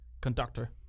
conductor